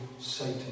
Satan